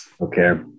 Okay